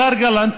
השר גלנט,